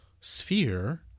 sphere